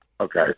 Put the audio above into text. okay